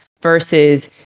versus